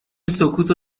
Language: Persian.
سکوتو